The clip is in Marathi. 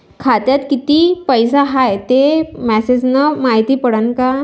खात्यात किती पैसा हाय ते मेसेज न मायती पडन का?